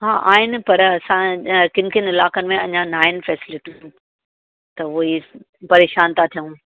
हा आहे न पर असां किन किन इलाइक़नि में अञा न आहिनि फैस्लिटीयूं त हो ई परेशानु था थियणु